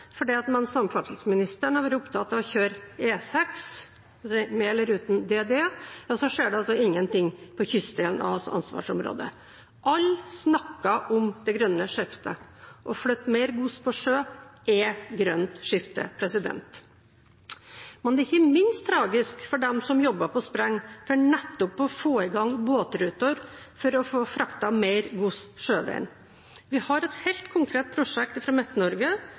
samferdselsministeren har vært opptatt av å kjøre E6, med eller uten DDE, skjer det ingenting på kystdelen av hans ansvarsområde. Alle snakker om det grønne skiftet. Å flytte mer gods over på sjø er grønt skifte. Men det er ikke minst tragisk for dem som jobber på spreng for nettopp å få i gang båtruter for å få fraktet mer gods sjøveien. Vi har et helt konkret prosjekt